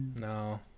No